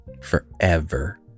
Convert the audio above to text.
forever